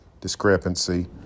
discrepancy